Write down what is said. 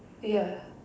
ya